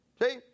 See